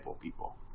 people